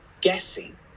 guessing